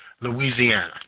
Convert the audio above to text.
Louisiana